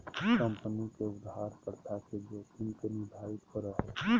company के उधार प्रथा के जोखिम के निर्धारित करो हइ